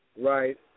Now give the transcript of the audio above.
right